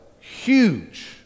huge